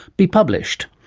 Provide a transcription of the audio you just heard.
be published?